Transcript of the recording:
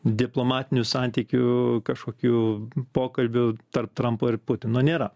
diplomatinių santykių kažkokių pokalbių tarp trampo ir putino nėra